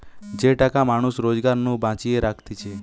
যে টাকা মানুষ রোজগার নু বাঁচিয়ে রাখতিছে